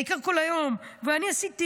העיקר כל היום: אני עשיתי,